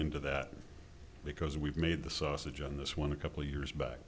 into that because we've made the sausage on this one a couple years back